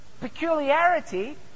Peculiarity